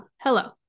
hello